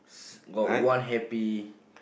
got one happy